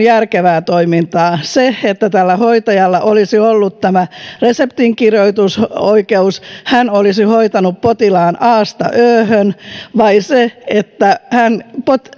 järkevää toimintaa se että tällä hoitajalla olisi ollut tämä reseptinkirjoitusoikeus hän olisi hoitanut potilaan asta öhön vai se että hän